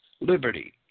liberty